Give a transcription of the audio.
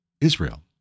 Israel